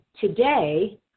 today